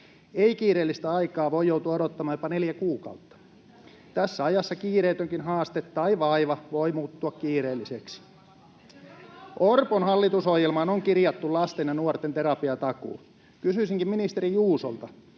Ei-kiireellistä aikaa voi joutua odottamaan jopa neljä kuukautta. Tässä ajassa kiireetönkin haaste tai vaiva voi muuttua kiireelliseksi. [Krista Kiurun välihuuto] Orpon hallitusohjelmaan on kirjattu lasten ja nuorten terapiatakuu. Kysyisinkin ministeri Juusolta: